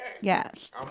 yes